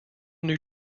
new